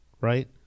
right